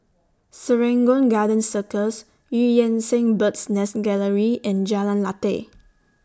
Serangoon Garden Circus EU Yan Sang Bird's Nest Gallery and Jalan Lateh